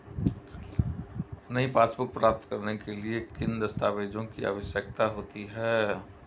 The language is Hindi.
नई पासबुक प्राप्त करने के लिए किन दस्तावेज़ों की आवश्यकता होती है?